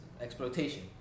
exploitation